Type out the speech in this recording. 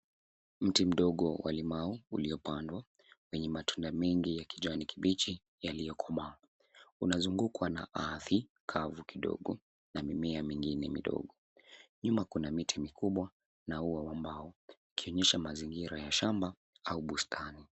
Mti mdogo wa limau uliopandwa wenye matunda mengi ya kijani kibichi yaliyokomaa. Unazungukwa na ardhi kavu kidogo na mimea mingine midogo. Nyuma kuna miti mikubwa na ua wa mbao yakionyesha mazingira ya shamba au bustani.